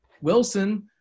Wilson